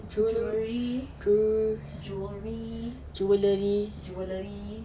jewellery jewellery jewellery